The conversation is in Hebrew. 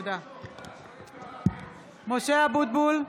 (קוראת בשמות חברי הכנסת) משה אבוטבול,